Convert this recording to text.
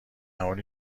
اونی